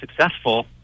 successful